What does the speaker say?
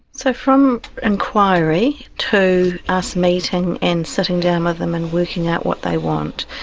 so from inquiry to us meeting and sitting down with them and working out what they want,